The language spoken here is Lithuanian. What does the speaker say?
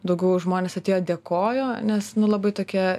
daugiau žmonės atėjo dėkojo nes nu labai tokia